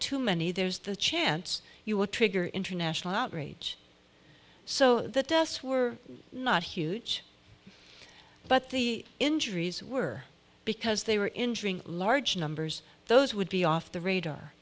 too many there's the chance you would trigger international outrage so the deaths were not huge but the injuries were because they were injuring large numbers those would be off the radar